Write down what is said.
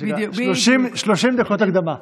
אז 30 דקות הקדמה.